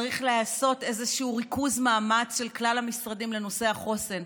צריך לעשות איזשהו ריכוז מאמץ של כלל המשרדים לנושא החוסן.